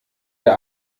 der